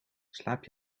slaap